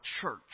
church